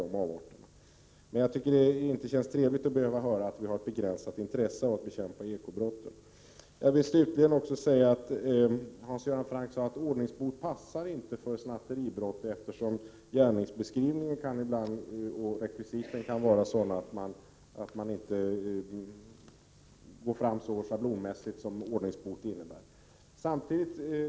Det känns inte trevligt att få höra att vi har ett begränsat intresse av att bekämpa ekobrotten. Hans Göran Franck sade att ordningsbot inte passar för snatteribrott, eftersom gärningsbeskrivningen och rekvisiten kan vara sådana att man inte bör gå fram så schablonmässigt som en ordningsbot innebär.